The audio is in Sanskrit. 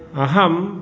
अहं